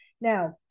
Now